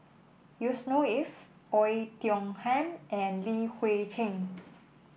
Yusnor Ef Oei Tiong Ham and Li Hui Cheng